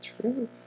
true